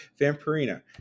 Vampirina